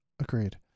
Agreed